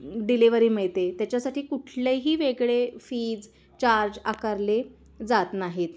delivery मिळते त्याच्यासाठी कुठलेही वेगळे फीज चार्ज आकारले जात नाहीत